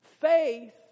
Faith